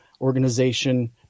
organization